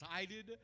excited